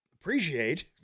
appreciate